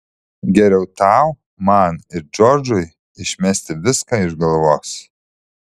geriau tau man ir džordžui išmesti viską iš galvos